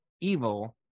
evil